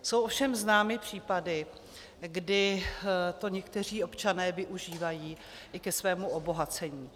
Jsou ovšem známy případy, kdy to někteří občané využívají i ke svému obohacení.